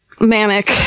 Manic